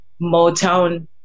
Motown